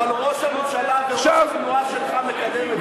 אבל ראש הממשלה וראש התנועה שלך מקדם את זה,